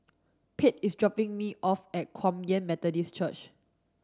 Pate is dropping me off at Kum Yan Methodist Church